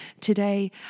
today